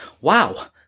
Wow